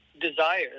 desire